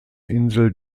insel